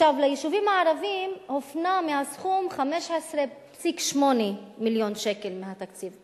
ליישובים הערביים הופנו 15.8 מיליון שקל מהתקציב,